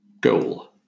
Goal